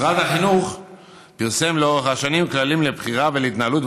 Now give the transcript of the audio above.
משרד החינוך פרסם לאורך השנים כללים לבחירה ולהתנהלות